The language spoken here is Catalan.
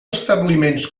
establiments